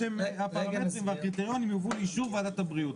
שהפרמטרים והקריטריונים יובאו לאישור ועדת הבריאות.